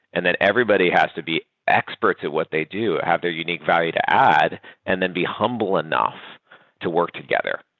and then everybody has to be experts at what they do. have their unique value to add and then be humble enough to work together.